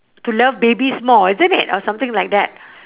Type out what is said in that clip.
to love babies more isn't it or something like that